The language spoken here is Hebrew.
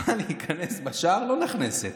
היא באה להיכנס בשער, לא נכנסת.